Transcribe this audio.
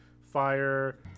fire